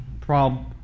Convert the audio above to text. problem